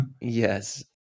yes